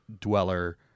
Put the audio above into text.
dweller